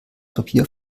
papier